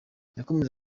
yakomeje